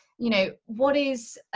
you know, what is